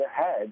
ahead